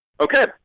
Okay